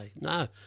No